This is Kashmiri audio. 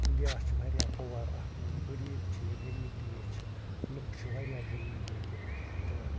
اِنڈیہس چھِ واریاہ پُوَر اَکھ غریٖب چھِ یہِ غریٖب دیش چھِ لُکھ چھِ واریاہ غریٖب ییٚتہِ تہٕ